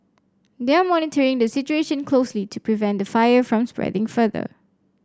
they are monitoring the situation closely to prevent the fire from spreading further